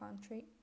country